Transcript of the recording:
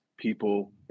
People